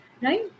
right